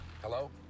Hello